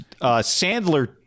Sandler